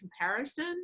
comparison